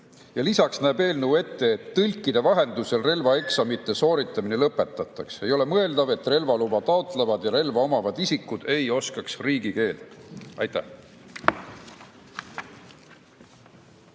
lisaks näeb eelnõu ette, et tõlgi vahendusel relvaeksamite sooritamine lõpetataks. Ei ole mõeldav, et relvaluba taotlevad ja relva omavad isikud ei oska riigikeelt. Aitäh!